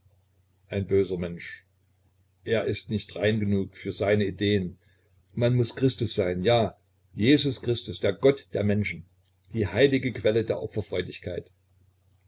ein böser mensch er ist nicht rein genug für seine ideen man muß christus sein ja jesus christus der gott der menschen die heilige quelle der